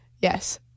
Yes